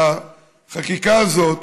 והחקיקה הזאת